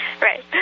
right